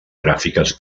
gràfiques